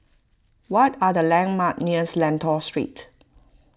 what are the landmarks near Lentor Street